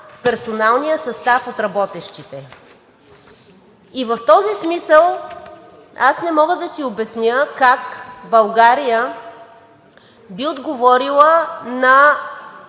персоналния състав от работещите. И в този смисъл аз не мога да си обясня как България би отговорила на